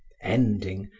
ending,